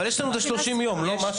אבל יש לנו את ה-30 ימים, לא?